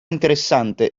interessante